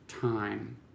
time